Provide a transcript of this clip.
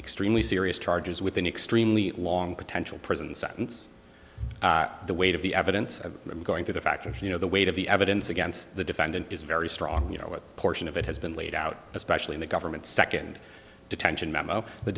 extremely serious charges with an extremely long potential prison sentence the weight of the evidence of him going through the fact if you know the weight of the evidence against the defendant is very strong you know what portion of it has been laid out especially in the government second detention memo the